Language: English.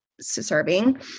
serving